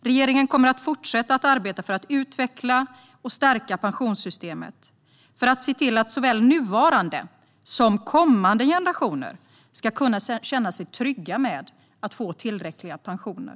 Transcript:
Regeringen kommer att fortsätta arbeta för att utveckla och stärka pensionssystemet för att se till att såväl nuvarande som kommande generationer ska kunna känna sig trygga med att få tillräckliga pensioner.